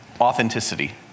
authenticity